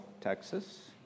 Texas